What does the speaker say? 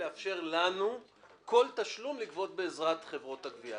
לאפשר לנו כל תשלום לגבות בעזרת חברות הגבייה.